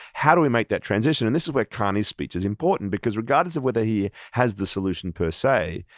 how do we make that transition? and this is where carney's speech is important, because regardless of whether he has the solution per se,